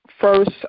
first